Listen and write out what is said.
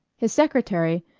his secretary,